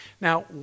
Now